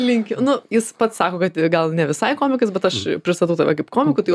linkiu nu jis pats sako kad gal ne visai komikas bet aš pristatau tave kaip komiku tai